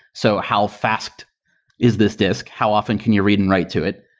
so how fast is this disk? how often can you read and write to it?